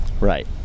Right